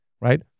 Right